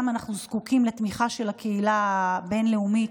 אנחנו זקוקים לתמיכה של הקהילה הבין-לאומית,